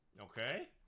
Okay